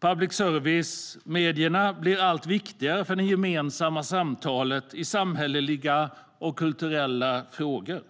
Public service-medierna blir allt viktigare för det gemensamma samtalet i samhälleliga och kulturella frågor.